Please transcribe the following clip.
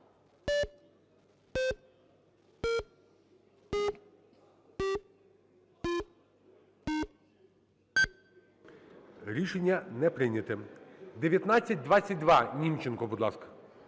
Рішення не прийнято. 1922, Німченко. Будь ласка.